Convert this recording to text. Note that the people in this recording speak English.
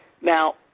Now